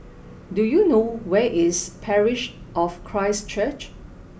do you know where is Parish of Christ Church